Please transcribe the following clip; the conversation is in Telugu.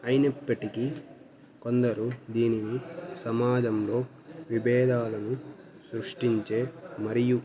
అయినప్పటికీ కొందరు దీనిని సమాజంలో విభేదాలను సృష్టించే మరియు